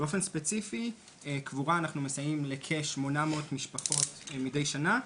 אנחנו מסייעים בענייני קבורה לכ-800 משפחות מדי שנה,